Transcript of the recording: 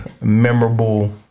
memorable